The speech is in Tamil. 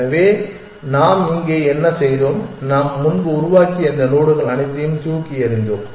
எனவே நாம் இங்கே என்ன செய்தோம் நாம் முன்பு உருவாக்கிய இந்த நோடுகள் அனைத்தையும் தூக்கி எறிந்தோம்